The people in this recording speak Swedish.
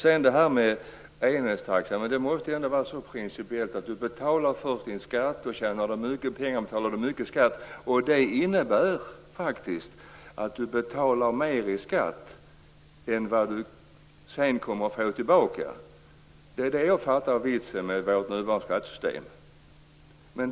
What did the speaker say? När det gäller enhetstaxan så måste det ändå rent principiellt vara så att man först betalar sin skatt, och tjänar man mycket pengar betalar man mycket i skatt, ofta faktiskt mer än vad man sedan kommer att få tillbaka. Som jag uppfattar det är det vitsen med vårt nuvarande skattesystem.